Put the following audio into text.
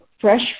fresh